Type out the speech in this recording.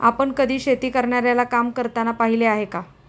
आपण कधी शेती करणाऱ्याला काम करताना पाहिले आहे का?